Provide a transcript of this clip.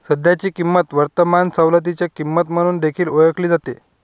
सध्याची किंमत वर्तमान सवलतीची किंमत म्हणून देखील ओळखली जाते